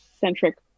centric